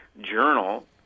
journal